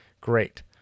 great